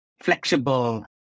flexible